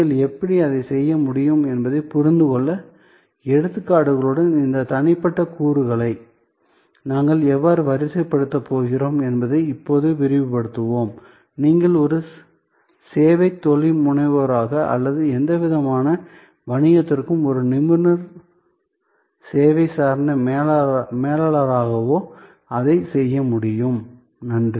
நீங்கள் எப்படி அதைச் செய்ய முடியும் என்பதைப் புரிந்துகொள்ள எடுத்துக்காட்டுகளுடன் இந்த தனிப்பட்ட கூறுகளை நாங்கள் எவ்வாறு வரிசைப்படுத்தப் போகிறோம் என்பதை இப்போது விரிவுபடுத்துவோம் நீங்கள் ஒரு சேவை தொழில்முனைவோராகவோ அல்லது எந்தவிதமான வணிகத்திற்கும் ஒரு நிபுணர் சேவை சார்ந்த மேலாளராகவோ அதைச் செய்ய முடியும் நன்றி